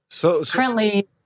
Currently